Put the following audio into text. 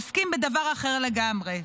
עוסקים בדבר אחר לגמרי.